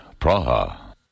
Praha